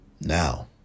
Now